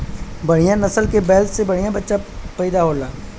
बढ़िया नसल के बैल से बढ़िया बच्चा पइदा होला